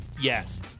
Yes